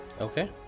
Okay